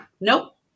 Nope